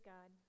God